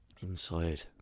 inside